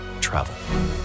Travel